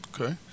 okay